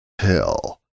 Hell